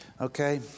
Okay